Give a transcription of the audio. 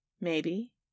Maybe